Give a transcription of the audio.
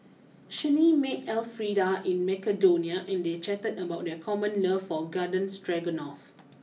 Chanie met Elfrieda in Macedonia and they chatted about their common love for Garden Stroganoff